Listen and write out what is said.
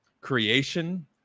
creation